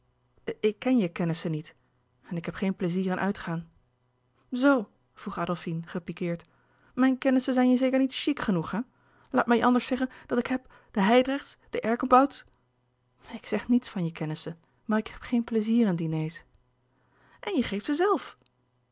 ik ken je kennissen niet en ik heb geen pleizier in uitgaan zoo vroeg adolfine gepiqueerd mijn kennissen zijn je zeker niet chic genoeg hé laat mij je anders zeggen dat ik heb de hijdrechts de erkenbouts ik zeg niets van je kennissen maar ik heb geen pleizier in diners en je geeft ze zelf